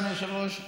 אדוני היושב-ראש,